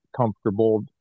comfortable